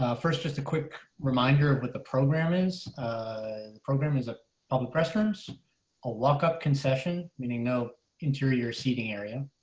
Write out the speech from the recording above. first, just a quick reminder of what the program is program is a public restrooms a lock up concession meaning no interior seating area.